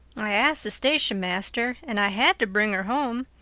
i asked the station-master. and i had to bring her home.